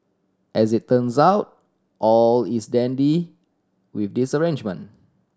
as it turns out all is dandy with this arrangement